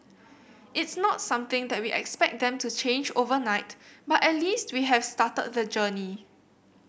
it's not something that we expect them to change overnight but at least we have started the journey